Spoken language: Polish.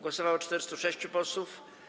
Głosowało 406 posłów.